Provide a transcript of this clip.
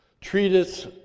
treatise